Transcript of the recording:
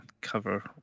cover